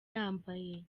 yambaye